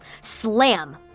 Slam